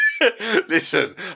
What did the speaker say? Listen